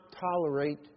tolerate